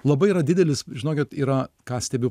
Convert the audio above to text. labai yra didelis žinokit yra ką stebiu